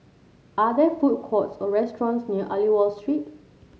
are there food courts or restaurants near Aliwal Street